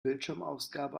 bildschirmausgabe